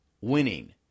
winning